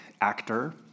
actor